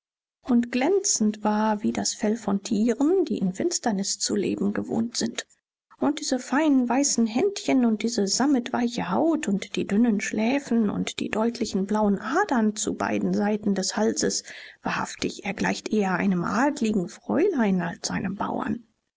und glänzend war wie das fell von tieren die in finsternis zu leben gewohnt sind und diese feinen weißen händchen und diese sammetweiche haut und die dünnen schläfen und die deutlichen blauen adern zu beiden seiten des halses wahrhaftig er gleicht eher einem adligen fräulein als einem bauern